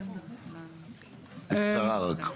בקצרה רק.